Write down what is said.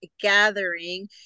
Gathering